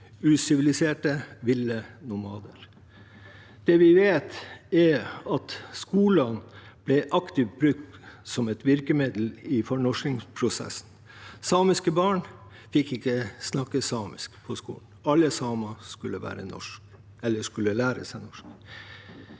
usiviliserte, ville nomader. Det vi vet, er at skolene aktivt ble brukt som et virkemiddel i fornorskningsprosessen. Samiske barn fikk ikke snakke samisk på skolen. Alle samer skulle være norske eller skulle lære seg norsk.